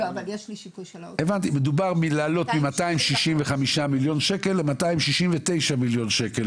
מדובר לעלות מ-265 מיליון שקלים ל-269 מיליון שקלים.